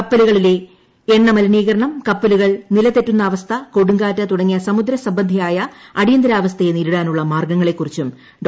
കപ്പലുക്ളില്ലെ എണ്ണ മലിനീകരണം കപ്പലുകൾ നിലതെറ്റുന്ന അവസ്മൂ കൊടുങ്കാറ്റ് തുടങ്ങിയ സമുദ്ര സംബന്ധിയായ അടിയന്തരൂപ്പ്പ്പെയെ നേരിടാനുള്ള മാർഗ്ഗങ്ങളെക്കുറിച്ചും ഡോ